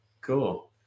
cool